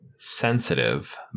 Sensitive